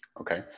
Okay